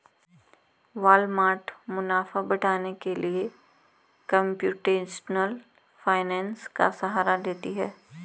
Walmart मुनाफा बढ़ाने के लिए कंप्यूटेशनल फाइनेंस का सहारा लेती है